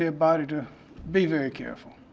everybody to be very careful.